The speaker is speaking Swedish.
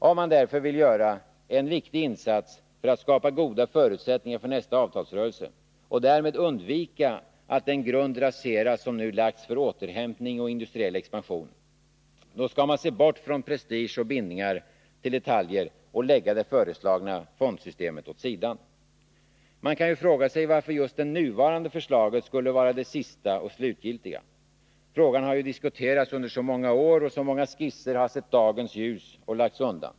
Om man därför vill göra en viktig insats för att skapa goda förutsättningar för nästa avtalsrörelse och därmed undvika att den grund raseras som nu har lagts för återhämtning och industriell expansion, då skall man se bort från prestige och bindningar till detaljer och lägga det föreslagna fondsystemet åt sidan. Man kan ju fråga sig varför just det nuvarande förslaget skulle vara det sista och slutgiltiga. Frågan har ju diskuterats under så många år, och så många skisser har sett dagens ljus och lagts undan.